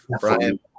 Brian